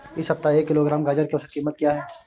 इस सप्ताह एक किलोग्राम गाजर की औसत कीमत क्या है?